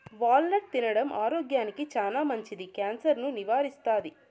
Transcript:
wall నట్ తినడం ఆరోగ్యానికి చానా మంచిది, క్యాన్సర్ ను నివారిస్తాది